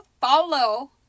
follow